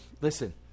Listen